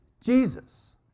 Jesus